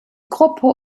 gruppe